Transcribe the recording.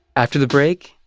after the break,